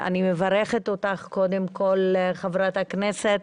אני מברכת אותך, קודם כל, חברת הכנסת.